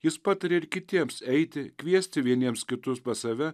jis patarė ir kitiems eiti kviesti vieniems kitus pas save